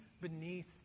beneath